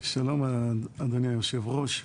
שלום, אדוני היושב-ראש.